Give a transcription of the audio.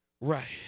right